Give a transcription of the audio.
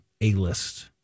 A-list